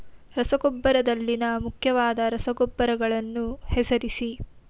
ರಸಗೊಬ್ಬರದಲ್ಲಿನ ಮುಖ್ಯವಾದ ರಸಗೊಬ್ಬರಗಳನ್ನು ಹೆಸರಿಸಿ?